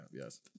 yes